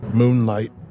moonlight